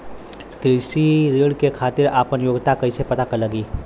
कृषि ऋण के खातिर आपन योग्यता कईसे पता लगी?